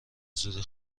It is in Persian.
زودی